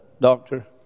Doctor